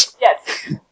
Yes